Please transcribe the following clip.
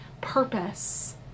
purpose